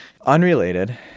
Unrelated